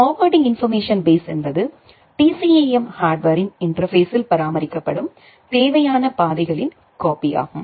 forwarding information base என்பது TCAM ஹார்ட்வேர்ரின் இன்டர்பேஸ்ஸில் பராமரிக்கப்படும் தேவையான பாதைகளின் காப்பி ஆகும்